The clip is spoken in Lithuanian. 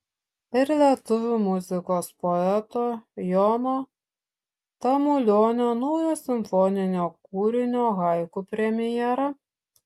ir lietuvių muzikos poeto jono tamulionio naujo simfoninio kūrinio haiku premjera